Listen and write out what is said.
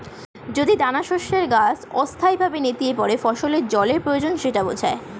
যদি দানাশস্যের গাছ অস্থায়ীভাবে নেতিয়ে পড়ে ফসলের জলের প্রয়োজন সেটা বোঝায়